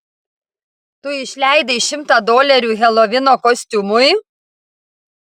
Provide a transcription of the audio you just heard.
tu išleidai šimtą dolerių helovino kostiumui